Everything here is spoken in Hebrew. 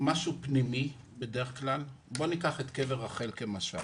למשל קבר רחל,